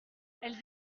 elles